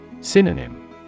Synonym